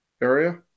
area